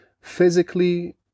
physically